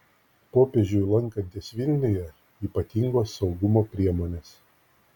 popiežiui lankantis vilniuje ypatingos saugumo priemonės